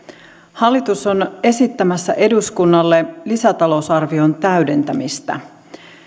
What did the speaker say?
hallitus on esittämässä eduskunnalle lisätalousarvion täydentämistä